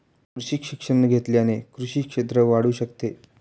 कृषी शिक्षण घेतल्याने कृषी क्षेत्र वाढू शकते